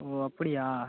ஓ அப்படியா